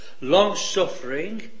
long-suffering